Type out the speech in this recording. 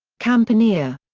campania.